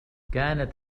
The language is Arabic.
كانت